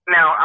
Now